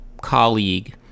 colleague